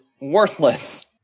worthless